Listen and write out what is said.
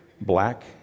Black